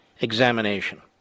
examination